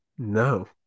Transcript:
no